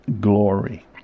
glory